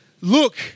Look